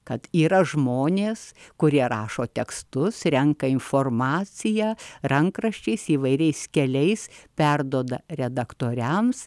kad yra žmonės kurie rašo tekstus renka informaciją rankraščiais įvairiais keliais perduoda redaktoriams